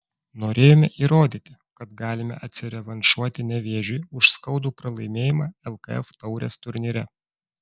norėjome įrodyti kad galime atsirevanšuoti nevėžiui už skaudų pralaimėjimą lkf taurės turnyre